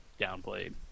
downplayed